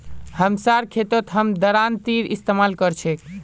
हमसार खेतत हम दरांतीर इस्तेमाल कर छेक